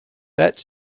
that